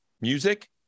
music